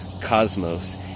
cosmos